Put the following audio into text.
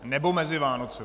Nebo mezi Vánocemi.